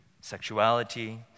sexuality